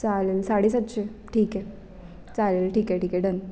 चालेल साडे सातशे ठीक आहे चालेल ठीक आहे ठीक आहे डन